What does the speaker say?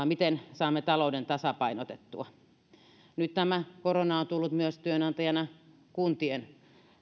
miten saamme talouden tasapainotettua nyt tämä korona on tullut myös työnantajina toimivien kuntien